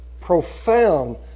profound